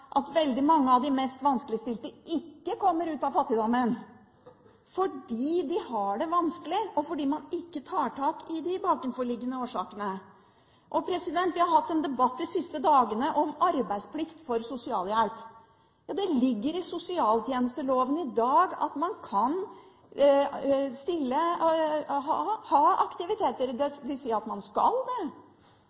at veldig mange av de mest vanskeligstilte ikke kommer ut av fattigdommen, fordi de har det vanskelig, og fordi man ikke tar tak i de bakenforliggende årsakene. Vi har hatt en debatt de siste dagene om arbeidsplikt for sosialhjelp. Det står i sosialtjenesteloven i dag at man kan ha aktiviteter, dvs. man skal ha det.